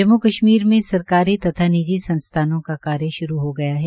जम्मू कश्मीर में सरकारी तथा निजी संस्थानों का कार्य शुरू हो गया है